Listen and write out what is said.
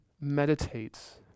meditates